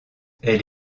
elle